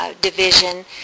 division